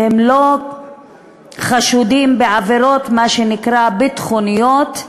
והם לא חשודים בעבירות מה שנקרא "ביטחוניות",